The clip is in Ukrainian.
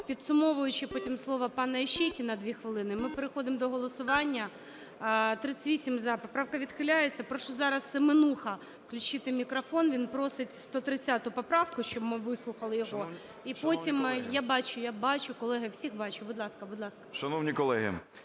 Підсумовуюче потім слово пана Іщейкіна, 2 хвилини. Ми переходимо до голосування. 13:10:57 За-38 Поправка відхиляється. Прошу, зараз Семенуха, включити мікрофон, він просить 130 поправку, щоб ми вислухали його. І потім… Я бачу. Я бачу, колеги, всіх бачу. Будь ласка.